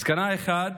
מסקנה אחת